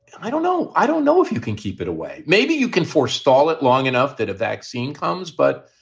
i don't know. i don't know if you can keep it away. maybe you can forestall it long enough that a vaccine comes. but,